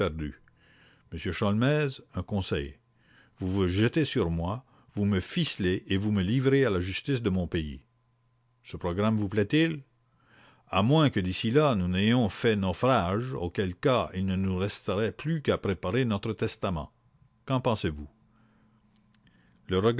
monsieur sholmès un conseil vous vous jetez sur moi vous me ficelez et vous me livrez à la justice de mon pays ce programme vous plaît-il à moins que d'ici là nous n'ayons fait naufrage auquel cas il ne nous resterait plus qu'à préparer notre testament qu'en pensez-vous